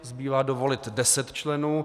Zbývá dovolit deset členů.